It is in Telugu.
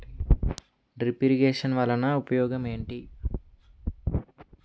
డ్రిప్ ఇరిగేషన్ వలన ఉపయోగం ఏంటి